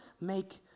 make